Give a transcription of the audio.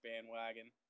bandwagon